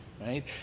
right